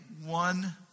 one